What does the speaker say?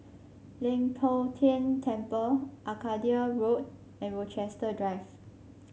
Leng Poh Tian Temple Arcadia Road and Rochester Drive